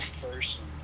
person